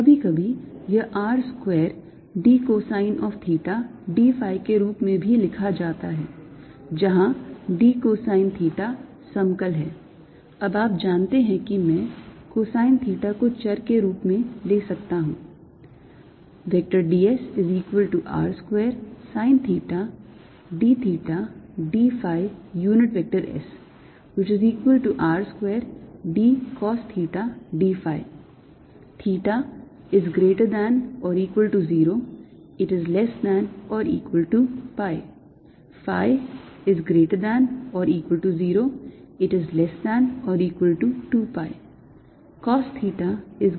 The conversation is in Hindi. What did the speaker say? कभी कभी यह r square d cosine of theta d phi के रूप में भी लिखा जाता है जहाँ d cosine theta समाकल है अब आप जानते हैं कि मैं cosine theta को चर के रूप में ले सकता हूँ